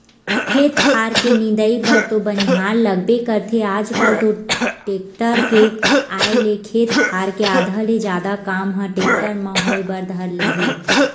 खेत खार के निंदई बर तो बनिहार लगबे करथे आजकल तो टेक्टर के आय ले खेत खार के आधा ले जादा काम ह टेक्टर म होय बर धर ले हे